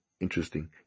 interesting